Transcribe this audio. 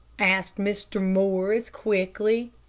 asked mr. morris, quickly.